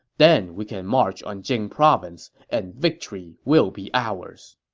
then we can march on jing province, and victory will be ours.